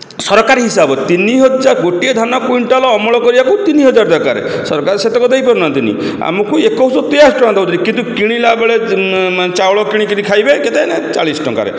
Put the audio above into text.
ସରକାର ହିସାବ ତିନି ହଜାର ଗୋଟିଏ ଧାନ କ୍ୱିଣ୍ଟାଲ୍ ଅମଳ କରିବାକୁ ତିନି ହଜାର ଦରକାର ସରକାର ସେତକ ଦେଇପାରୁନାହାନ୍ତି ଆମକୁ ଏକୋଇଶ ଶହ ତେୟାଅଶୀ ଦେଉଛନ୍ତି କିନ୍ତୁ କିଣିଲାବେଳେ ଚାଉଳ କିଣି କରି ଖାଇବେ କେତେ ନା ଚାଳିଶ ଟଙ୍କାରେ